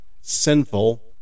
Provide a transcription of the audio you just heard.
sinful